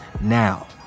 now